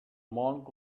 monk